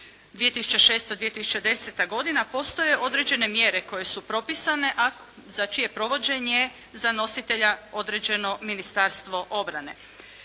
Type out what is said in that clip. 2006./2010. godina postoje određene mjere koje su propisane, a za čije provođenje za nositelja određeno Ministarstvo obrane.